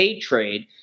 trade